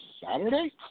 Saturday